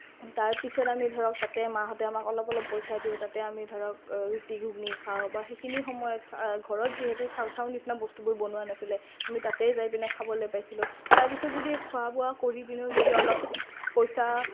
তাৰ পিছত আমি ধৰক তাতে মাহঁতে আমাক অলপ অলপ পইচা দিয়ে তাতে আমি ধৰক ৰুটি ঘুগুনি খাওঁ বা সেইখিনি সময়ত ঘৰত যিহেতু চাওচাওৰ নিচিনা বস্তুবোৰ বনোৱা নাছিলে আমি তাতেই যায় পেনাই খাবলৈ পাইছিলোঁ তাৰ পিছত যদি খোৱা বোৱা কৰি পিনিও যদি অলপ পইচা